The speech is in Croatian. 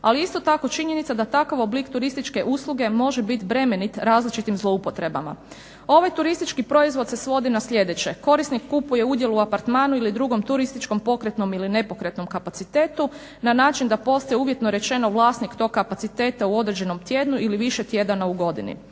ali je isto tako činjenica da takav oblik turističke usluge može biti bremenit različitim zloupotrebama. Ovaj turistički proizvod se svodi na sljedeće korisnik kupuje udjel u apartmanu ili drugom turističkom pokretnom ili nepokretnom kapacitetu na način da postoje uvjetno rečeno vlasnik tog kapaciteta u određenom tjednu ili više tjedana u godini.